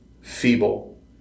feeble